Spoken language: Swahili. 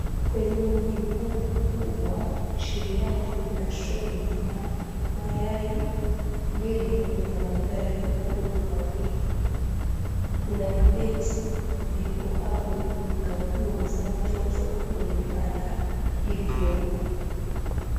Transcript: Kwenye mwavuli huu mkubwa, chini yake kuna troli la mayai. Mbele kuna magari madogo mawili. Kuna vibeti viko hapo juu na nguo za watoto kwenye vibanda hivyo.